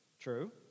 true